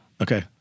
Okay